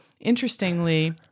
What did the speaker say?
interestingly